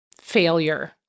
failure